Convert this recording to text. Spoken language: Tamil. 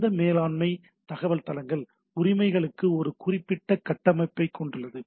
இந்த மேலாண்மை தகவல் தளங்கள் பராமரிக்கப்படும் ஒரு குறிப்பிட்ட கட்டமைப்பை இது கொண்டுள்ளது